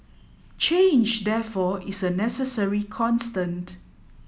change therefore is a necessary constant